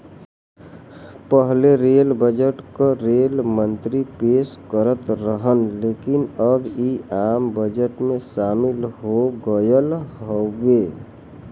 पहिले rail budget क rail मंत्री पेश करत रहन लेकिन अब इ आम बजट में शामिल हो गयल हउवे